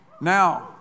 Now